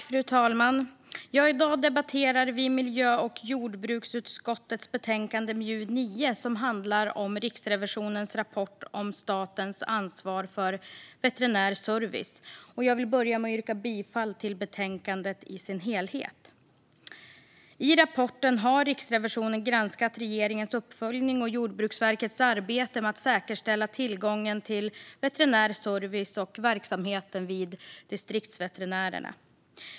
Fru talman! I dag debatterar vi miljö och jordbruksutskottets betänkande MJU9 som handlar om Riksrevisionens rapport om statens ansvar för veterinär service, och jag vill börja med att yrka bifall till förslaget i betänkandet. I rapporten har Riksrevisionen granskat regeringens uppföljning och Jordbruksverkets arbete med att säkerställa tillgången till veterinär service och verksamheten vid Distriktsveterinärerna.